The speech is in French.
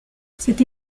cette